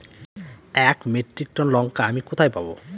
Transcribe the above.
এক metric ton লঙ্কা আমি কোথায় পাবো?